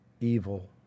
evil